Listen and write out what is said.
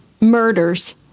murders